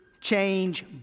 change